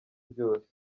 ryose